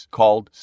called